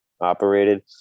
operated